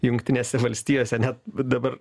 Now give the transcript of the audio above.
jungtinėse valstijose net dabar